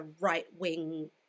right-wing